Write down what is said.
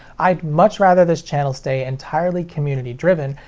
i'd much rather this channel stay entirely community driven,